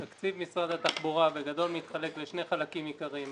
תקציב משרד התחבורה בגדול מתחלק לשני חלקים עיקריים.